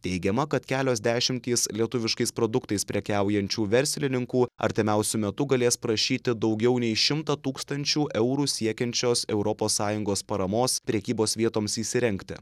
teigiama kad kelios dešimtys lietuviškais produktais prekiaujančių verslininkų artimiausiu metu galės prašyti daugiau nei šimto tūkstančių eurų siekiančios europos sąjungos paramos prekybos vietoms įsirengti